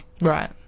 right